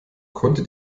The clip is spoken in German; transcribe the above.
konnte